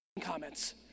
comments